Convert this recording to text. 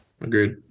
Agreed